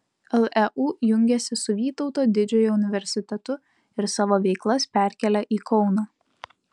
leu jungiasi su vytauto didžiojo universitetu ir savo veiklas perkelia į kauną